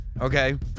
Okay